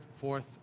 fourth